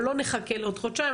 אבל לא נחכה לעוד חודשיים.